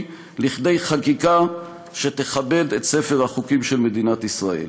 לכדי חקיקה שתכבד את ספר החוקים של מדינת ישראל.